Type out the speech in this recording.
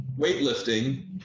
weightlifting